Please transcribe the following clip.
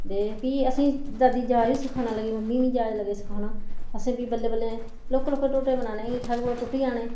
ते फ्ही असेंगी दादी जाच सखान लगी मम्मी गी जाच लगी सखान असें बी बल्लें बल्लें लौह्के लौह्के ढोडे बनाने सढ़े कोला टुट्टी जाने